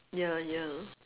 ya ya